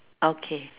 okay